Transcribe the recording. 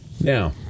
now